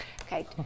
Okay